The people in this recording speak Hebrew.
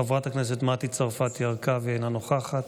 חברת הכנסת מתי צרפתי הרכבי, אינה נוכחת,